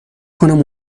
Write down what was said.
کنم